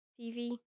TV